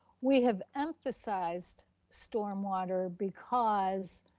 we have emphasized stormwater because